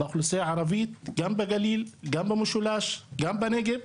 באוכלוסייה הערבית, גם בגליל, גם במשולש, גם בנגב.